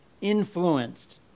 influenced